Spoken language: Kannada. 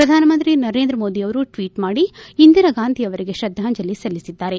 ಪ್ರಧಾನ ಮಂತ್ರಿ ನರೇಂದ್ರ ಮೋದಿ ಅವರು ಟ್ವೀಟ್ ಮಾಡಿ ಇಂದಿರಾಗಾಂಧಿ ಅವರಿಗೆ ಶ್ರದ್ದಾಂಜಲಿ ಸಲ್ಲಿಸಿದ್ದಾರೆ